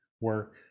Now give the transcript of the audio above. work